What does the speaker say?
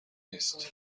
نیست